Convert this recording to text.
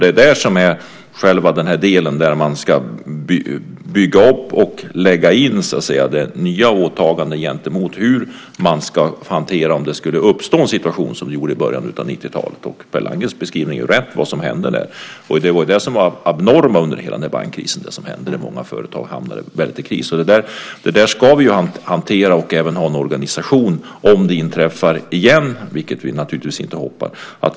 Det handlar om att bygga upp och lägga in nya åtaganden för hur man hanterar en situation som den i början av 90-talet om en sådan skulle uppstå. Per Landgrens beskrivning av vad som hände då är ju riktig. Det var ju det som var det abnorma under hela bankkrisen när många företag hamnade i kris. Detta ska vi hantera och ha en organisation för om det inträffar igen, vilket vi naturligtvis inte hoppas.